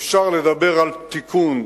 אפשר לדבר על תיקון,